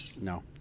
No